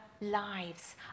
lives